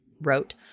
wrote